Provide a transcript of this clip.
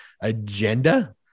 agenda